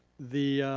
the